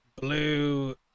Blue